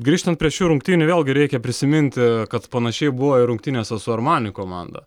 grįžtant prie šių rungtynių vėlgi reikia prisiminti kad panašiai buvo ir rungtynėse su armani komanda